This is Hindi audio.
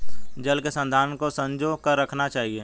जल के संसाधन को संजो कर रखना चाहिए